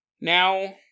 Now